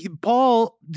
Paul